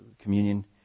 communion